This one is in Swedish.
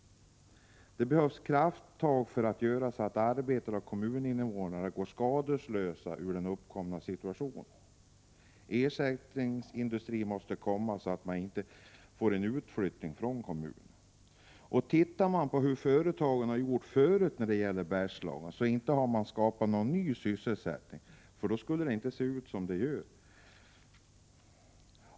Det behövs krafttag för att uppnå att arbetare och kommuninvånare skall gå skadeslösa ur den uppkomna situationen. Ersättningsindustri måste komma till så att man inte får en utflyttning från kommunen. Tittar man på hur företagen gjort förut i Bergslagen så ser man att någon ny sysselsättning inte har skapats. Då skulle det inte se ut som det gör.